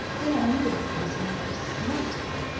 then i knew, of course, and i could have smacked her.